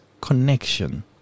connection